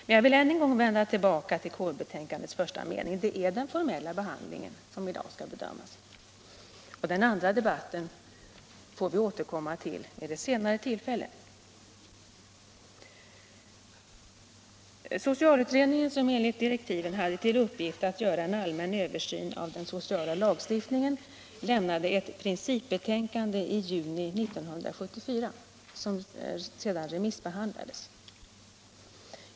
Men jag vill än en gång vända tillbaka till första meningen i konstitutionsutskottets betänkande. Det är den formella behandlingen som i dag skall bedömas. Den andra debatten får vi återkomma till vid ett senare tillfälle. Socialutredningen, som enligt direktiven hade till uppgift att göra en allmän översyn av den sociala lagstiftningen, avlämnade i juni 1974 ett principbetänkande som sedan remissbehandlades.